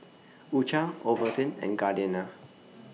U Cha Ovaltine and Gardenia